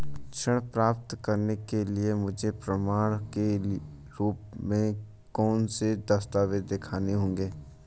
ऋण प्राप्त करने के लिए मुझे प्रमाण के रूप में कौन से दस्तावेज़ दिखाने होंगे?